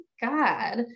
God